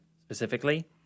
specifically